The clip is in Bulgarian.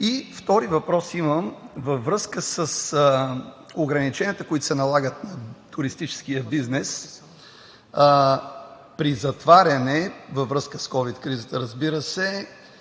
Втори въпрос: във връзка с ограниченията, които се налагат в туристическия бизнес при затваряне във връзка с ковид кризата, разбира се,